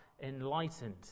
enlightened